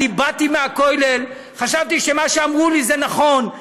אני באתי מהכולל, חשבתי שמה שאמרו לי זה נכון.